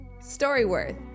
StoryWorth